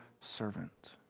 servant